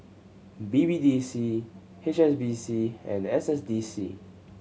B B D C H S B C and S S D C